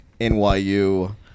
NYU